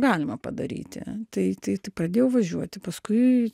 galima padaryti tai tai tai pradėjau važiuoti paskui